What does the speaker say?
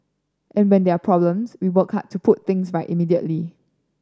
and when there are problems we work hard to put things right immediately